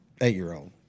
eight-year-old